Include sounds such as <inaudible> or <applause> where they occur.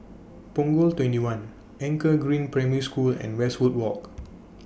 Punggol twenty one Anchor Green Primary School and Westwood Walk <noise>